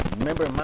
Remember